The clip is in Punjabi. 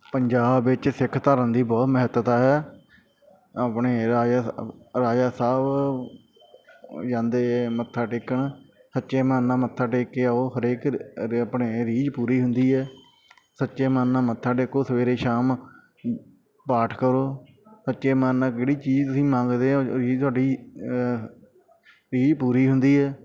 ਪੰਜਾਬ ਵਿੱਚ ਸਿੱਖ ਧਰਮ ਦੀ ਬਹੁਤ ਮਹੱਤਤਾ ਹੈ ਆਪਣੇ ਰਾਜਾ ਰਾਜਾ ਸਾਹਿਬ ਜਾਂਦੇ ਮੱਥਾ ਟੇਕਣ ਸੱਚੇ ਮਨ ਨਾਲ ਮੱਥਾ ਟੇਕ ਕੇ ਆਓ ਹਰੇਕ ਰ ਆਪਣੇ ਰੀਝ ਪੂਰੀ ਹੁੰਦੀ ਹੈ ਸੱਚੇ ਮਨ ਨਾਲ ਮੱਥਾ ਟੇਕੋ ਸਵੇਰੇ ਸ਼ਾਮ ਪਾਠ ਕਰੋ ਸੱਚੇ ਮਨ ਨਾਲ ਜਿਹੜੀ ਚੀਜ਼ ਤੁਸੀਂ ਮੰਗਦੇ ਹੋ ਓਹ ਚੀਜ਼ ਤੁਹਾਡੀ ਰੀਝ ਪੂਰੀ ਹੁੰਦੀ ਹੈ